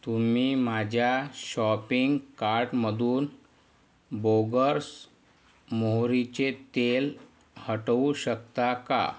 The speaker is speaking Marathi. तुम्ही माझ्या शॉपिंग कार्टमधून बोगर्स मोहरीचे तेल हटवू शकता का